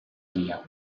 liha